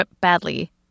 badly